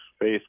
face